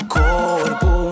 corpo